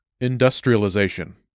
Industrialization